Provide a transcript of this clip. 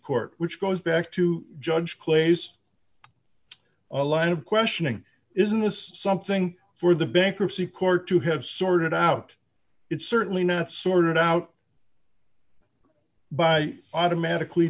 court which goes back to judge clay's a lad questioning isn't this something for the bankruptcy court to have sorted out it's certainly not sorted out by automatically